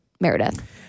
Meredith